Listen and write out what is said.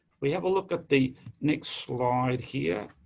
we have a look at the next slide here.